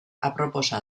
aproposa